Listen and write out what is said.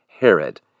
Herod